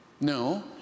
No